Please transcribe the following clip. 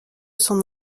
son